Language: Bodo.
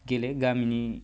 गेले गामिनि